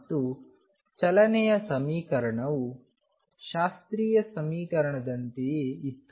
ಮತ್ತು ಚಲನೆಯ ಸಮೀಕರಣವು ಶಾಸ್ತ್ರೀಯ ಸಮೀಕರಣದಂತೆಯೇ ಇತ್ತು